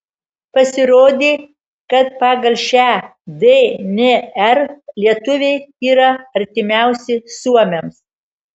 pasirodė kad pagal šią dnr lietuviai yra artimiausi suomiams